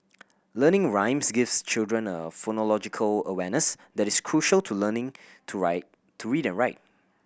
learning rhymes gives children a phonological awareness that is crucial to learning to ride to read and write